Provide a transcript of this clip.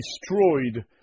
destroyed